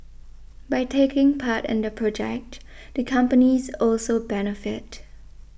by taking part in the project the companies also benefit